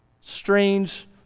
strange